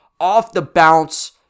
off-the-bounce